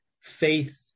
faith